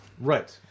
right